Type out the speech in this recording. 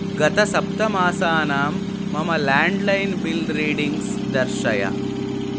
गत सप्तमासानां मम लेण्ड् लैन् बिल् रीडिङ्ग्स् दर्शय